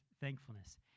thankfulness